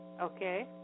Okay